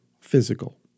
physical